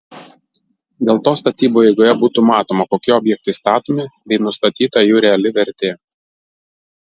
dėl to statybų eigoje būtų matoma kokie objektai statomi bei nustatyta jų reali vertė